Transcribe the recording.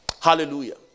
Hallelujah